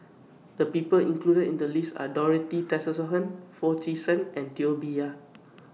The People included in The list Are Dorothy Tessensohn Foo Chee San and Teo Bee Yen